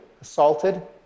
assaulted